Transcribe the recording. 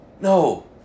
No